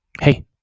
Hey